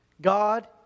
God